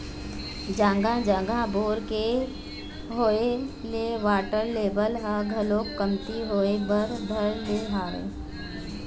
जघा जघा बोर के होय ले वाटर लेवल ह घलोक कमती होय बर धर ले हवय